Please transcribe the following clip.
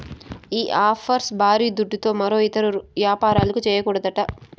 ఈ ఆఫ్షోర్ బారీ దుడ్డుతో మరో ఇతర యాపారాలు, చేయకూడదట